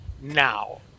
now